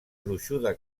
gruixuda